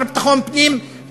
השר לביטחון פנים,